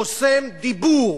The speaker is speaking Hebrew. חוסם דיבור,